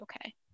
okay